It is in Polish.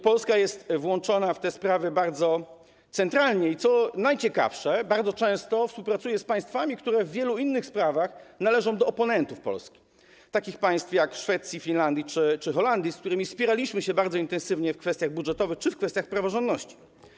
Polska jest centralnie włączona w te sprawy i co najciekawsze, bardzo często współpracuje z państwami, które w wielu innych sprawach należą do oponentów Polski, takimi państwami jak Szwecja, Finlandia czy Holandia, z którymi spieraliśmy się bardzo intensywnie w kwestiach budżetowych czy w kwestiach praworządności.